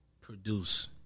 produce